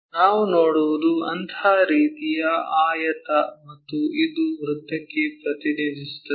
ಆದ್ದರಿಂದ ನಾವು ನೋಡುವುದು ಅಂತಹ ರೀತಿಯ ಆಯತ ಮತ್ತು ಇದು ವೃತ್ತಕ್ಕೆ ಪ್ರತಿನಿಧಿಸುತ್ತದೆ